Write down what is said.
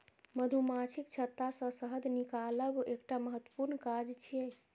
मधुमाछीक छत्ता सं शहद निकालब एकटा महत्वपूर्ण काज छियै